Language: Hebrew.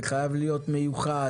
זה חייב להיות מיוחד,